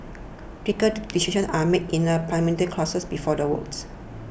critical decisions are made in a Parliamentary caucus before the votes